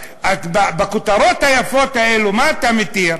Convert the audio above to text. בכותרות היפות האלה, מה אתה מתיר?